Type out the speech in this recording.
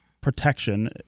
protection